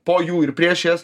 po jų ir prieš jas